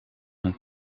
een